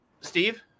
Steve